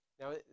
Now